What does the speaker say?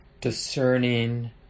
discerning